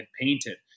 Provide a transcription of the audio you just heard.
painted